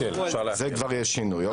אומרים לי שיש שינוי.